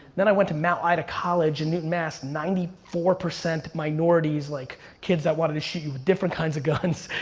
then i went to mount ida college in newton, mass, ninety four percent minorities, like kids that wanted to shoot you with different kinds of guns.